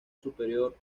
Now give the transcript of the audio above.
superior